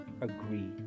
agree